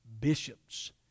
bishops